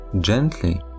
gently